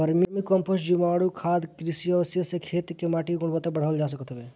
vermi compost, जीवाणुखाद, कृषि अवशेष से खेत कअ माटी के गुण बढ़ावल जा सकत हवे